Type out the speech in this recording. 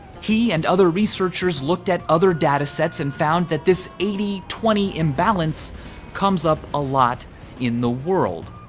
he and other researchers looked at other datasets and found that this eighty twenty imbalance comes up a lot in the world.